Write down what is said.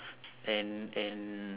and and